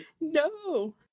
no